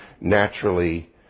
naturally